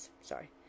Sorry